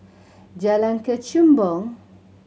Jalan Kechubong